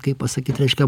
kaip pasakyt reiškia